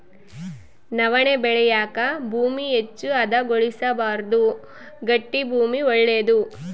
ನವಣೆ ಬೆಳೆಯಾಕ ಭೂಮಿ ಹೆಚ್ಚು ಹದಗೊಳಿಸಬಾರ್ದು ಗಟ್ಟಿ ಭೂಮಿ ಒಳ್ಳೇದು